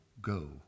go